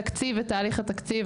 תקציב ותהליך התקציב,